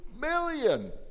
million